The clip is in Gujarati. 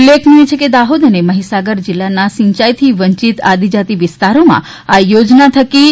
ઉલ્લેખનીય છે કે દાહોદ અને મહિસાગર જિલ્લાના સિંચાઈથી વંચિત આદિજાતિ વિસ્તારોમાં આ યોજના થકી રૂ